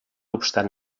obstant